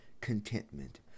contentment